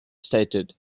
stated